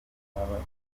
yarafatiwe